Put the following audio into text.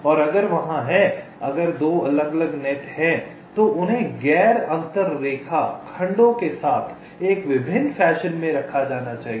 तो अगर वहाँ हैं अगर 2 अलग अलग नेट हैं तो उन्हें गैर अंतर रेखा खंडों के साथ एक विभिन्न फैशन में रखा जाना चाहिए